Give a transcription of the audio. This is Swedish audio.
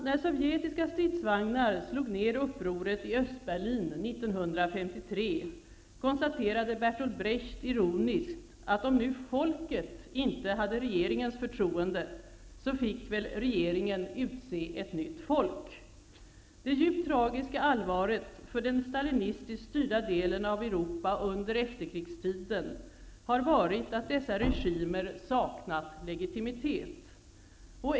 När sovjetiska stridsvagnar slog ner upproret i Östberlin 1953, konstaterade Bertolt Brecht ironiskt att om nu folket inte hade regeringens förtroende fick väl regeringen utse ett nytt folk. Det djupt tragiska allvaret för den stalinistiskt styrda delen av Europa under efterkrigstiden har varit att dessa regimer saknat legitimitet.